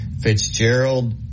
Fitzgerald